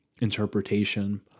interpretation